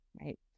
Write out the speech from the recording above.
right